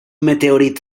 meteorit